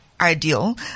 ideal